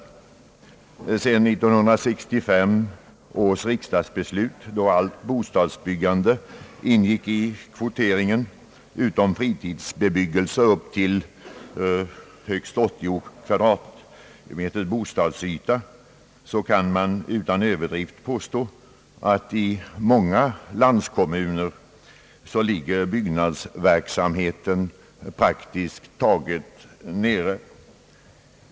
Efter 1965 års riksdags beslut, då allt bostadsbyggande skulle ingå i kvoteringen utom fritidsbebyggelse avseende hus med en bostadsyta om högst 80 kvadratmeter, kan utan överdrift påstås att byggnadsverksamheten i många landskommuner ligger praktiskt taget nere.